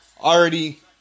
already